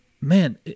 man